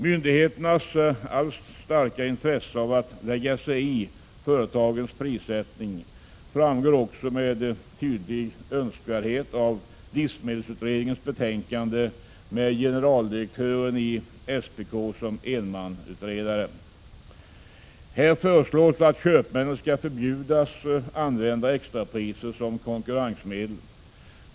Myndigheternas allt starkare intresse av att lägga sig i företagens prissättning framgår också med all önskvärd tydlighet av livsmedelsutredningens betänkande med generaldirektören i SPK som ensamutredare. Här föreslås att köpmännen skall förbjudas att använda extrapriser som konkurrensmedel.